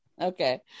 Okay